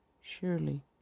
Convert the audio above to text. Surely